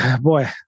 boy